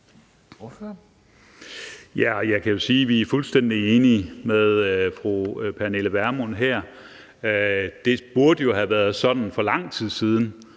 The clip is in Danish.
vi er fuldstændig enige med fru Pernille Vermund her. Det burde jo have været sådan for lang tid siden,